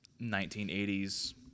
1980s